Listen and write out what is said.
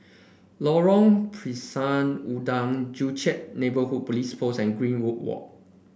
Lorong Pisang Udang Joo Chiat Neighbourhood Police Post and Greenwood Walk